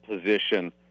position